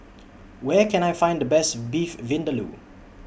Where Can I Find The Best Beef Vindaloo